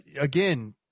again